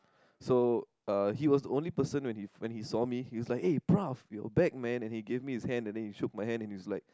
so uh he was the only person when he when he saw me he was like hey bruv you are back man and then he give me his hand and then he shook my hand and then he was like